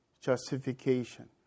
justification